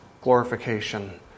glorification